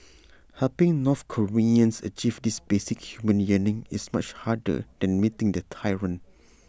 helping north Koreans achieve this basic human yearning is much harder than meeting their tyrant